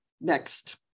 next